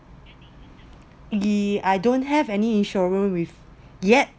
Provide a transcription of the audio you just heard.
he I don't have any insurer with yet